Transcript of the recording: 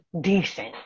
decent